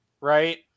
right